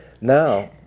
Now